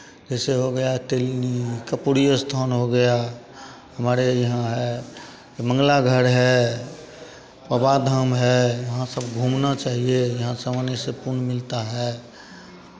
जैसे हो गया तिल कर्पूरी स्थान हो गया हमारे यहाँ है ये मंगलागढ़ है बाबाधाम है वहाँ सब घूमना चाहिए यहाँ समाने से पुण्य मिलता है